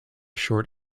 short